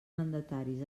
mandataris